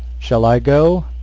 shall i go?